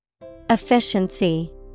Efficiency